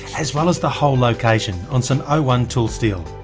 as well as the hole location on some o one tool steel.